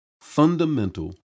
fundamental